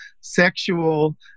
sexual